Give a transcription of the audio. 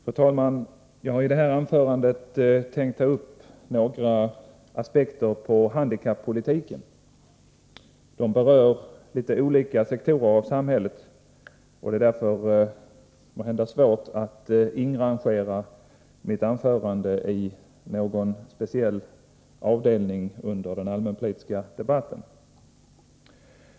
Fru talman! Jag har i detta anförande tänkt ta upp några aspekter på handikappolitiken. De berör litet olika sektorer av samhället, och det är därför måhända svårt att inrangera mitt anförande under någon speciell avdelning i den allmänpolitiska debatten.